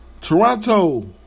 Toronto